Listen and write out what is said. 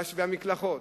המקלחות,